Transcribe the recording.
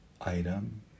item